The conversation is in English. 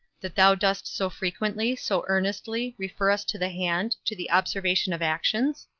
that thou dost so frequently, so earnestly, refer us to the hand, to the observation of actions?